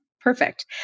perfect